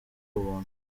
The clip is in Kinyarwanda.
ubuntu